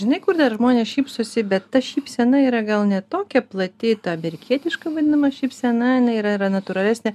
žinai kur dar žmonės šypsosi bet ta šypsena yra gal ne tokia plati ta amerikietiška vadinama šypsena jinai yra yra natūralesnė